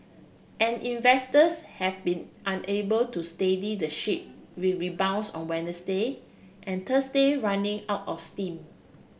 and investors have been unable to steady the ship with rebounds on Wednesday and Thursday running out of steam